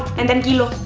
and then kilo.